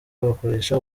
wakoresha